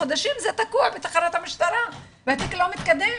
חודשים זה תקוע בתחנת המשטרה והתיק לא מתקדם.